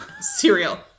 Cereal